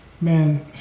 man